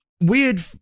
weird